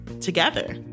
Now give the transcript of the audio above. together